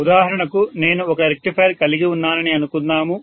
ఉదాహరణకు నేను ఒక రెక్టిఫైయర్ కలిగి ఉన్నానని అనుకుందాము